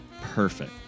perfect